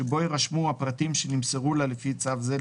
שבו יירשמו הפרטים שנמסרו לה לפי צו זה,